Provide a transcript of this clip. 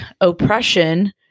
oppression